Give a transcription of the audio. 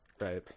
right